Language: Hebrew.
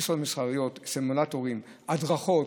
טיסות מסחריות, סימולטורים, הדרכות,